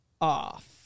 off